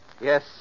Yes